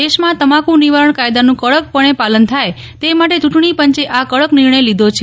દેશમાં તમાકુ નિવારણ કાયદાનું કડક પણે પાલન થાય તે માટે ચુંટણી પંચે આ કડક નિર્ણય લીધો છે